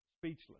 speechless